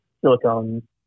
silicone